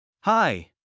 Hi